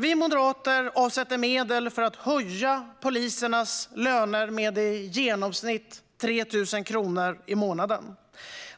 Vi moderater avsätter medel för att höja polisernas löner med i genomsnitt 3 000 kronor i månaden.